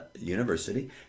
University